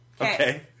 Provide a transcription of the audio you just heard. Okay